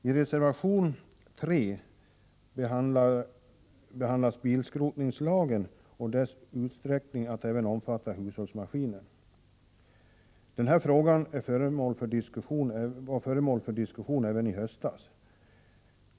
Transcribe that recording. I reservation 3 behandlas bilskrotningslagen och dess utsträckning till att även omfatta hushållsmaskiner. Denna fråga var föremål för diskussion även i höstas.